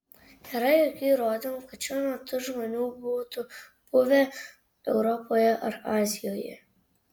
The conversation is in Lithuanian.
nėra jokių įrodymų kad šiuo metu žmonių būtų buvę europoje ar azijoje